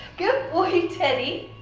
good boy teddy!